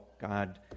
God